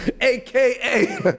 AKA